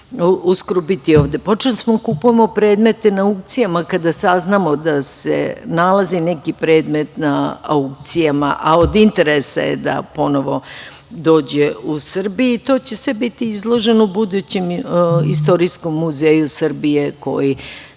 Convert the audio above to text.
uskoro biti ovde. Počeli smo da kupujemo predmete na aukcijama kada saznamo da se nalazi neki predmet na aukcijama, a od interesa je da ponovo dođe u Srbiju. To će sve biti izloženo u budućem istorijskom muzeju Srbije, koji